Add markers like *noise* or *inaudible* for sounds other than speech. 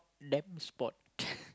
damp spot *laughs*